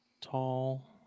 tall